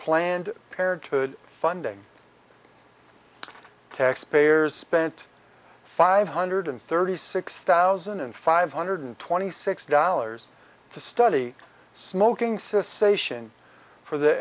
planned parenthood funding taxpayers spent five hundred thirty six thousand and five hundred twenty six dollars to study smoking cessation for the